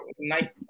night